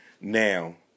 now